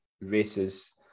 races